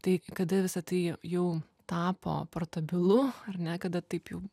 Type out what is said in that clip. tai kada visa tai jau tapo portabilu ar ne kada taip jau